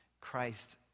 Christ